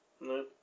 no